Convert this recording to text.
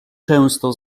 często